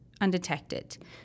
undetected